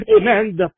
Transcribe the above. Amen